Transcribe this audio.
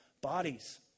bodies